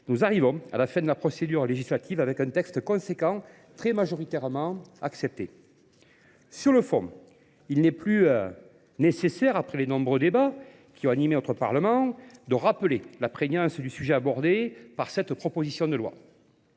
nous arrivons à la fin de la procédure législative avec un texte conséquent très majoritairement accepté. Sur le fond, il n'est plus nécessaire, après les nombreux débats qui ont animé notre Parlement, de rappeler la prégnance du sujet abordé par cette proposition de loi.